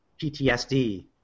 PTSD